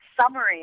summary